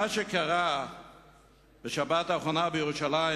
מה שקרה בשבת האחרונה בירושלים,